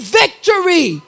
victory